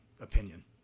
opinion